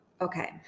Okay